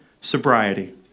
sobriety